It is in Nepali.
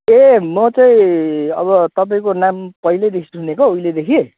ए म चाहिँ अब तपाईँको नाम पहिलेदेखि सुनेको उहिलेदेखि